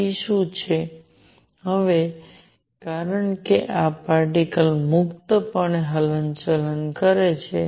p શું છે હવે કારણ કે આ પાર્ટીકલ્સ મુક્તપણે હલનચલન કરે છે